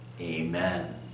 Amen